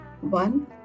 One